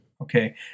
Okay